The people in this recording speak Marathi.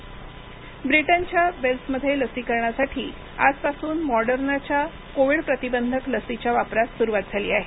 ब्रिटन लस ब्रिटनच्या वेल्समध्ये लसीकरणासाठी आजपासून मॉडर्नाच्या कोविड प्रतिबंधक लसीच्या वापरास सुरुवात झाली आहे